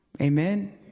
Amen